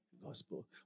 gospel